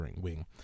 wing